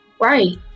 Right